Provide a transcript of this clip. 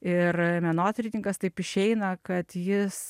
ir menotyrininkas taip išeina kad jis